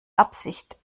absicht